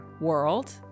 world